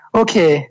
okay